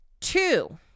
Two